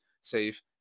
safe